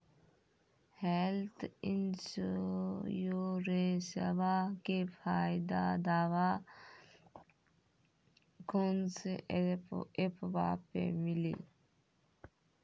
Health इंश्योरेंसबा के फायदावा कौन से ऐपवा पे मिली?